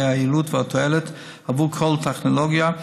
היעילות והתועלת עבור כל טכנולוגיה.